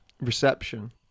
Reception